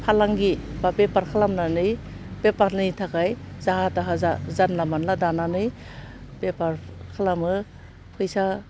फालांगि बा बेफार खालामनानै बेफारनि थाखाय जाहा थाहा जा जानला मोनला दानानै बेफार खालामो फैसा